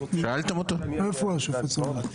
איפה הוא, השופט סולברג?